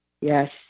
Yes